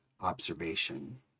observation